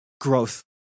growth